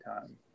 time